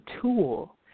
tool